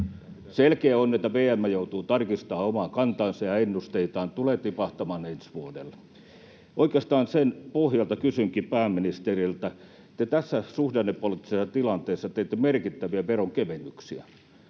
Selkeää on, että VM joutuu tarkistamaan omaa kantaansa ja ennusteitaan, tulevat tipahtamaan ensi vuodelle. Oikeastaan sen pohjalta kysynkin pääministeriltä: Te tässä suhdannepoliittisessa tilanteessa teette merkittäviä veronkevennyksiä.